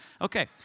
Okay